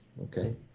okay